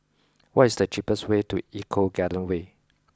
what is the cheapest way to Eco Garden Way